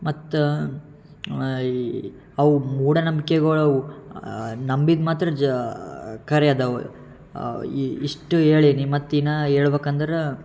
ಮತ್ತು ಅವು ಮೂಢನಂಬ್ಕೆಗಳು ಅವು ನಂಬಿದ್ದು ಮಾತ್ರ ಜಾ ಕರೆ ಇದಾವೆ ಇಷ್ಟು ಹೇಳೀನಿ ಮತ್ತು ಇನ್ನೂ ಹೇಳ್ಬಕಂದ್ರ